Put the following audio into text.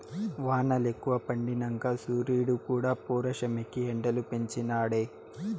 వానలెక్కువ పడినంక సూరీడుక్కూడా పౌరుషమెక్కి ఎండలు పెంచి నాడే